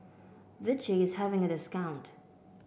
Vichy is having a discount